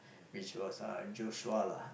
which was uh Joshua lah